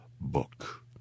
book